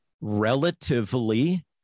relatively